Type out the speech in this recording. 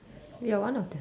you're one of them